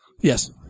Yes